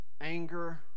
anger